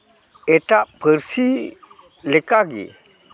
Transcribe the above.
ᱮᱴᱟᱜ ᱯᱟᱹᱨᱥᱤ ᱞᱮᱠᱟ ᱜᱮ